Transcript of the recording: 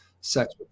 sex